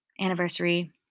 anniversary